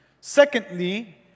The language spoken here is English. Secondly